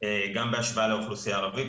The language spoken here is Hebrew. בהשוואה לאוכלוסייה הערבית,